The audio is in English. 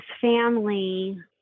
family